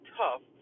tough